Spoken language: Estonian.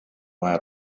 vaja